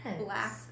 Black